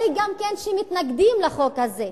גם אלה שמתנגדים לחוק הזה.